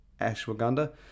ashwagandha